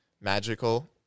magical